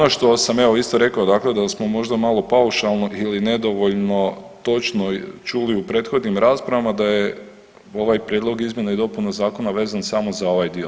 Ono što sam evo isto rekao, dakle da smo možda malo paušalno ili nedovoljno točno čuli u prethodnim raspravama da je ovaj prijedlog izmjena i dopuna zakona vezan samo za ovaj dio.